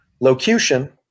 Locution